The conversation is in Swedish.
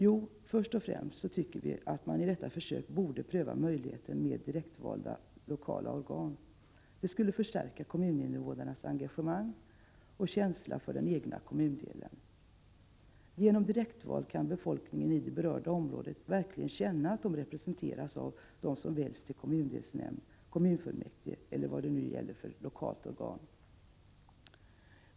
Jo, först och främst tycker vi att man i detta försök borde pröva möjligheten med direktvalda lokala organ. Det skulle förstärka kommuninnevånarnas engagemang och känsla för den egna kommundelen. Genom direktval kan befolkningen i det berörda området verkligen känna att de representeras av dem som väljs till kommundelsnämnd, kommunfullmäktige eller vad det nu kan gälla för lokalt organ.